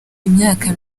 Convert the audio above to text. imyaka